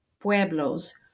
pueblos